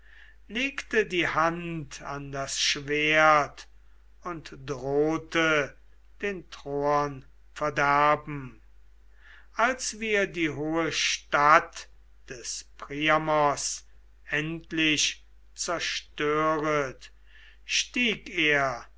legte die hand an das schwert und drohte den troern verderben als wir die hohe stadt des priamos endlich zerstöret stieg er